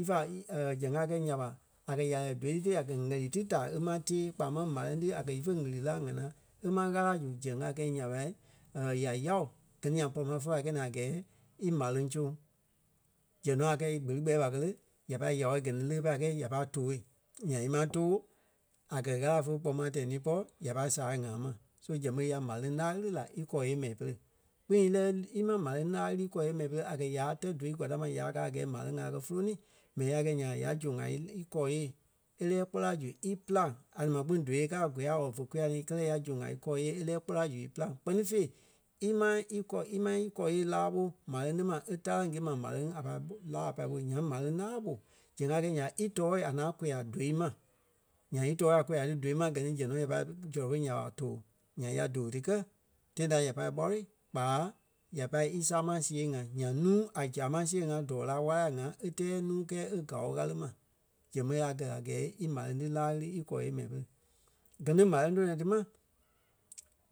ífa zɛŋ a kɛi nya ɓa ikɛ ya lɛ́ɛ dóui ti tée a kɛ̀ ɣɛli ti da é máŋ tée kpaa máŋ ɓáleŋ ti a kɛ̀ ífe ɣiri lí ŋánaa íma ɣala zu zɛŋ a kɛi nya ɓa, ya yáo gɛ ni nyaŋ pɔri ma fe pai kɛ̂i naa a gɛɛ í m̀áleŋ soŋ. Zɛŋ nɔ a kɛ̂i gbeli kpɛɛ ɓa kɛ̀ lé ya pâi yáo gɛ ni lé pai kɛi nya ɓa tooi. Nyaŋ ímaa too a kɛ̀ Ɣâla fe kpoma tɛɛ ní í pɔ́ ya pai sàa ŋaa ma. So zɛŋ ɓé ya m̀áleŋ la ɣiri la íkɔɔ yée mɛi pere. Kpîŋ í lɛ́ɛ- íma m̀áleŋ laa lí í kɔɔ yée mɛi pere a kɛ̀ ya tɛ̀ dóui kwa da ma ya kaa a gɛɛ m̀áleŋ a kɛ fúlonii mɛni ya gɛi nya ɓa, ya zoŋ a i- ikɔɔ yée. E lɛ́ɛ kpɔ́ la zu í pîlaŋ. A ni ma kpîŋ dóui e kaa a gôyaa or kôya ni kɛlɛ ya zoŋ a í kɔɔ yée e lɛ́ɛ kpɔ́ la zu e pîlaŋ kpɛ́ni fêi, íma ikɔɔ- íma íkɔɔ yée lá ɓo m̀áleŋ ti e táraŋ gîe ma m̀áleŋ a pai pu- laa a pâi ɓoi. Nyaŋ m̀áleŋ laa ɓo zɛŋ a kɛi nya ɓa í tɔɔ̂i a ŋaŋ kôyaa dóui ma. Nyaŋ í tɔɔ̂i a kôya ti dóui ma gɛ ni zɛŋ nɔ ya pai zɔlɔ ɓo nya ɓa too. Nyaŋ ya doôi ti kɛ̀, tãi da ya pai ɓâloi kpa ya pai í sama siɣe ŋa. Nyaŋ núu a zama siɣe ŋa dɔ́ɔ la wála ŋa e tɛɛ nuu kɛɛ e gao ɣále ma. Zɛŋ ɓé a gɛ̀ a gɛɛ í m̀áleŋ ti laa ɣiri íkɔɔ yée mɛi pere. Gɛ ni m̀áleŋ tɔnɔ ti ma